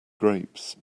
grapes